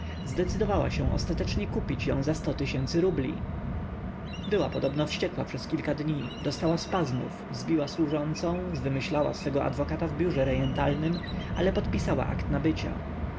zdecydowała się ostatecznie kupić ją za sto tysięcy rubli była podobno wściekła przez kilka dni dostała spazmów zbiła służącą zwymyślała swego adwokata w biurze rejentalnem ale podpisała akt nabycia